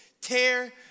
tear